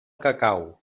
cacau